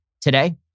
today